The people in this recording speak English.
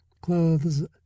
clothes